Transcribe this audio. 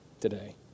today